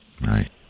Right